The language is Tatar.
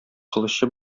кылычы